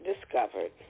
discovered